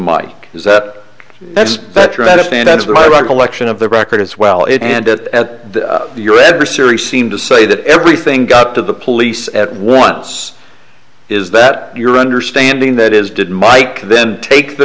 as my recollection of the record as well it ended at your adversary seemed to say that everything got to the police at once is that your understanding that is did mike then take the